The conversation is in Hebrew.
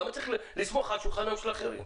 למה צריך לסמוך על שולחנם של אחרים?